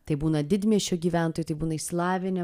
tai būna didmiesčio gyventojai tai būna išsilavinę